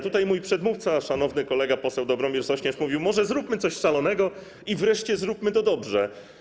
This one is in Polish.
Tutaj mój przedmówca, szanowny kolega poseł Dobromir Sośnierz mówił: może zróbmy coś szalonego i wreszcie zróbmy to dobrze.